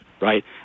Right